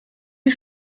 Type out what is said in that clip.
ich